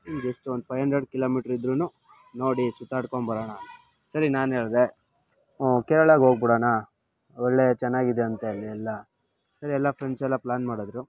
just ಒಂದು five hundred kilometre ಇದ್ದರೂ ನೋಡಿ ಸುತ್ತಾಡ್ಕೊಂಡು ಬರೋಣ ಸರಿ ನಾನು ಹೇಳಿದೆ ಕೇರಳಾಗೆ ಹೋಗ್ಬಿಡೋಣ ಒಳ್ಳೆ ಚೆನ್ನಾಗಿದೆ ಅಂಥೇಳಿ ಎಲ್ಲ ಎಲ್ಲ ಫ್ರೆಂಡ್ಸೆಲ್ಲ ಪ್ಲ್ಯಾನ್ ಮಾಡಿದ್ರು